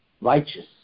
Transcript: righteous